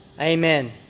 Amen